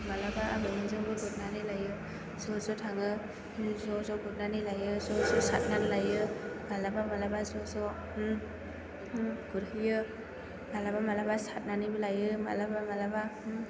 माब्लाबा आबैमोनजोंबो गुरनानै लायो ज' ज' थाङो ज' ज' गुरनानै लायो ज' ज' सारनानै लायो माब्लाबा माब्लाबा ज' ज' ना गुरहैयो माब्लाबा माब्लाबा सारनानैबो लायो माब्लाबा माब्लाबा